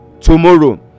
tomorrow